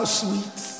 sweet